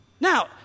Now